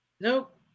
nope